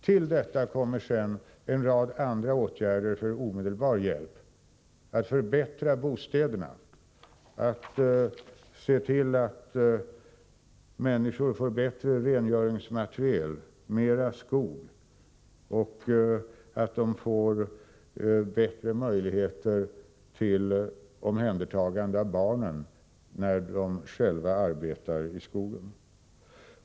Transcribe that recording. Till detta kommer en rad andra åtgärder för omedelbar hjälp — att förbättra bostäderna, att se till att människor får bättre rengöringsmateriel och att de får bättre möjligheter till omhändertagande av barnen, när de själva arbetar i skogen.